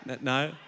No